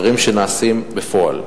דברים שנעשים בפועל.